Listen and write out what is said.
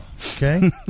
okay